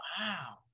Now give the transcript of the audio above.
wow